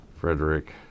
Frederick